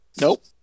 Nope